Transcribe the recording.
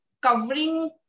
covering